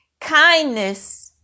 kindness